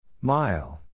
Mile